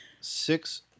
six